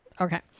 Okay